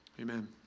Amen